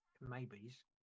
maybes